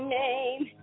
name